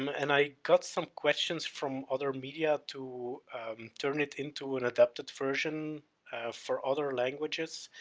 and i got some questions from other media to turn it into an adapted version for other languages,